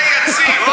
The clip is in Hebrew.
האם האולם הזה יציב?